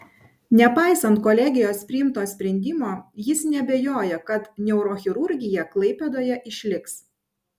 nepaisant kolegijos priimto sprendimo jis neabejoja kad neurochirurgija klaipėdoje išliks